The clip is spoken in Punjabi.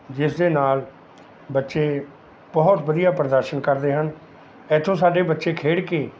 ਜਿਸ ਦੇ ਨਾਲ ਬੱਚੇ ਬਹੁਤ ਵਧੀਆ ਪ੍ਰਦਰਸ਼ਨ ਕਰਦੇ ਹਨ ਇੱਥੋਂ ਸਾਡੇ ਬੱਚੇ ਖੇਡ ਕੇ